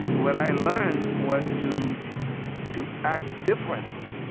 what i learned was to to act differently.